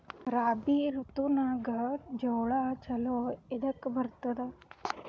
ರಾಬಿ ಋತುನಾಗ್ ಜೋಳ ಚಲೋ ಎದಕ ಬರತದ?